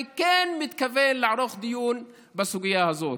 אני כן מתכוון לערוך דיון בסוגיה הזאת.